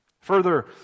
Further